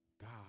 God